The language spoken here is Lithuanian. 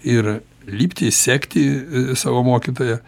ir lipti sekti savo mokytoją